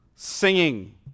singing